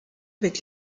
avec